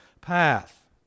path